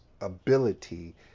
ability